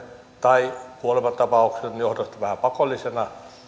tai kuolemantapauksen johdosta vähän pakollisena